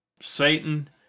Satan